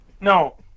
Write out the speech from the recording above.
No